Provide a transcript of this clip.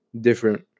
different